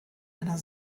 einer